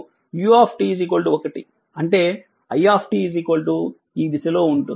అంటే i ఈ దిశలో ఉంటుంది